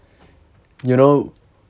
you know